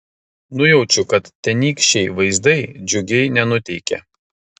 nujaučiu kad tenykščiai vaizdai džiugiai nenuteikė